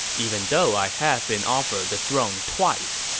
even though i have been offered the throne twice,